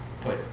put